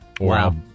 Wow